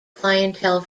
clientele